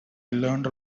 learned